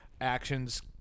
actions